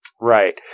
Right